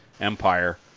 Empire